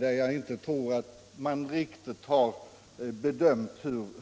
Jag tror att man åtminstone på vissa håll inte riktigt har bedömt